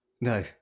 no